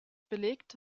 belegt